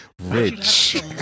rich